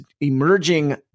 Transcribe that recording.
emerging